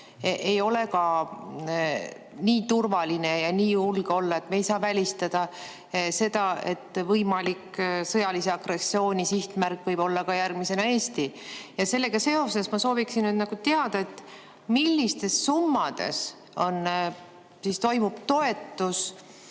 ei ole ka nii turvaline ja julge olla. Me ei saa välistada seda, et võimalik sõjalise agressiooni sihtmärk võib olla järgmisena Eesti. Sellega seoses ma sooviksin teada, milliste summade eest